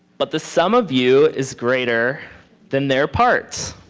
but the sum of you is greater than their parts.